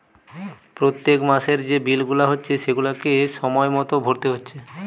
পোত্তেক মাসের যে বিল গুলা হচ্ছে সেগুলাকে সময় মতো ভোরতে হচ্ছে